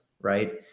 right